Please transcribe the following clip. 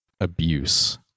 abuse